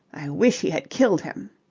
i wish he had killed him!